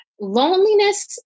Loneliness